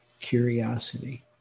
curiosity